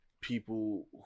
people